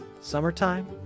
Summertime